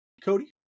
Cody